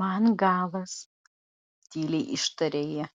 man galas tyliai ištarė ji